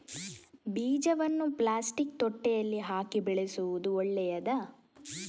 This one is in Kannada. ಬೀಜವನ್ನು ಪ್ಲಾಸ್ಟಿಕ್ ತೊಟ್ಟೆಯಲ್ಲಿ ಹಾಕಿ ಬೆಳೆಸುವುದು ಒಳ್ಳೆಯದಾ?